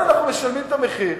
אנחנו גם משלמים את המחיר,